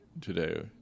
today